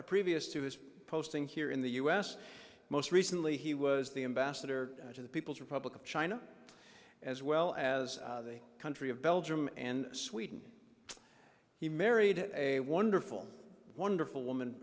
prep reviews to his posting here in the us most recently he was the ambassador to the people's republic of china as well as the country of belgium and sweden he married a wonderful wonderful woman